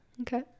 Okay